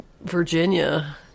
Virginia